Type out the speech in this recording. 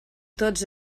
tots